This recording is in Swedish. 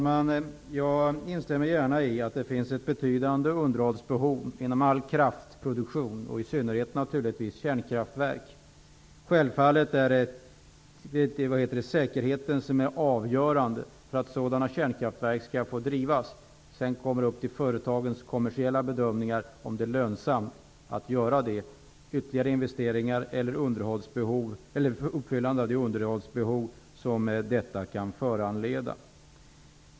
Herr talman! Jag instämmer gärna i att det finns ett betydande underhållsbehov inom all kraftproduktion, och i synnerhet naturligtvis i kärnkraftverk. Självfallet är säkerheten avgörande för att sådana kärnkraftverk skall få drivas. Sedan är det upp till företagen att göra de kommersiella bedömningarna av om det är lönsamt att göra de ytterligare investeringar eller vidta de underhållsåtgärder som säkerheten kan kräva.